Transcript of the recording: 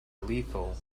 lethal